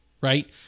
right